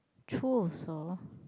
true also